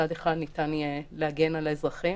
שניתן יהיה להגן על האנשים,